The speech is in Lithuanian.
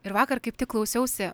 ir vakar kaip tik klausiausi